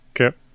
Okay